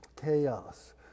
chaos